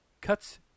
cuts